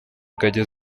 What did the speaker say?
ingagi